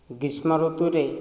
ଗ୍ରୀଷ୍ମ ଋତୁରେ